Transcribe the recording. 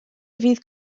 fydd